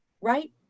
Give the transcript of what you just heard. right